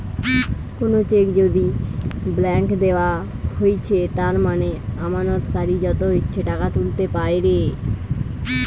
কোনো চেক যদি ব্ল্যাংক দেওয়া হৈছে তার মানে আমানতকারী যত ইচ্ছে টাকা তুলতে পাইরে